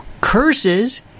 curses